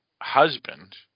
husband